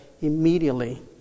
immediately